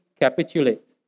capitulate